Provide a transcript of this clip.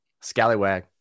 scallywag